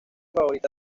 favorita